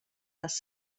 les